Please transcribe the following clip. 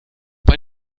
bei